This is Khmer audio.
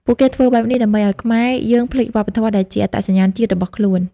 ពួកគេធ្វើបែបនេះដើម្បីឱ្យខ្មែរយើងភ្លេចវប្បធម៌ដែលជាអត្តសញ្ញាណជាតិរបស់ខ្លួន។